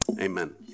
Amen